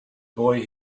boy